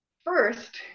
First